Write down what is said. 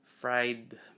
fried